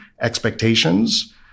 expectations